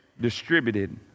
distributed